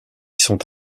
sont